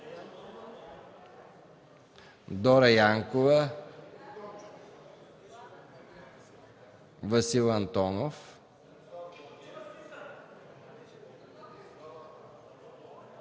Дора Янкова, Васил Антонов,